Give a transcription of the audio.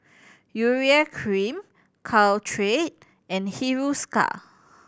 Urea Cream Caltrate and Hiruscar